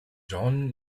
jean